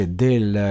del